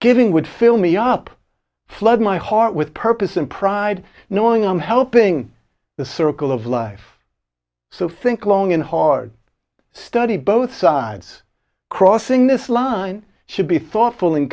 giving would fill me up flood my heart with purpose and pride knowing i'm helping the circle of life so think long and hard study both sides crossing this line should be thought